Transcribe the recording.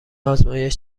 آزمایش